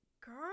girl